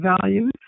values